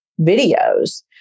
videos